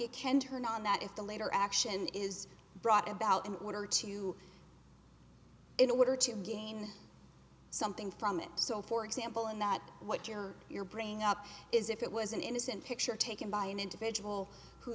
later action is brought about in order to in order to gain something from it so for example in that what you're you're bringing up is if it was an innocent picture taken by an individual who